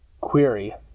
Query